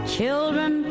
Children